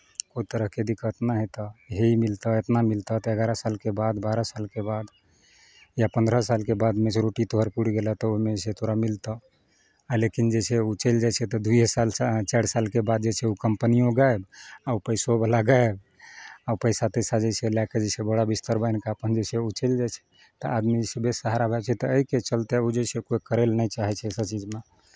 कोइ तरहके दिक्कत नहि हेतह यही मिलतह इतना मिलतह तऽ एगारह सालके बाद बारह सालके बाद या पन्द्रह सालके बाद मेच्योरिटी तोहर पुरि गेलह तऽ ओहिमे जे छै तोरा मिलतह आ लेकिन जे छै ओ चलि जाइ छै तऽ दुइए साल या चारि सालके बाद जे छै ओ कंपनियो गायब आ ओ पैसोवला गायब आ पैसा तैसा जे छै लए कऽ जे छै बोरा बिस्तर बान्हि कऽ अपन जे छै ओ चलि जाइ छै तऽ आदमी जे छै बेसहारा भए जाइ छै तऽ एहिके चलते ओ जे छै कोइ करय लेल नहि चाहै छै इसभ चीजमे